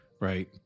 right